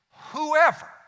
whoever